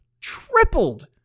tripled